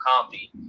comedy